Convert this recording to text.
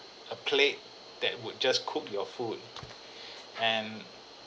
a plate that would just cook your food and